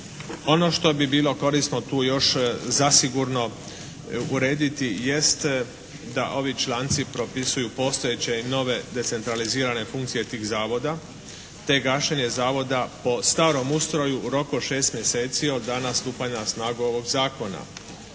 Ono što bi bilo korisno tu još zasigurno urediti jest da ovi članci propisuju postojeće i nove decentralizirane funkcije tih zavoda, te gašenje zavoda po starom ustroju u roku od 6 mjeseci od dana stupanja na snagu ovog zakona.